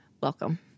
welcome